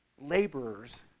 laborers